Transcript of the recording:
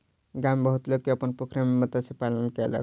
गाम में बहुत लोक अपन पोखैर में मत्स्य पालन कयलक